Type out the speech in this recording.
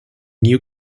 new